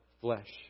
flesh